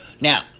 Now